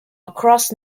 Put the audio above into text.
across